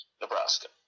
Nebraska